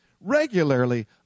regularly